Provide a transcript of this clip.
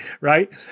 right